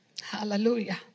Hallelujah